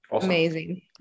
Amazing